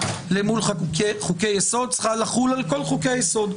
אל מול חוקי יסוד צריכה לחול על חוקי היסוד.